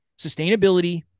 sustainability